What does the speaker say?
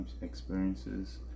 experiences